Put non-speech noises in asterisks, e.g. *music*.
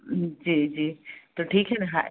जी जी तो ठीक है न *unintelligible*